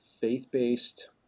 faith-based